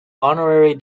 honorary